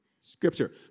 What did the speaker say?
Scripture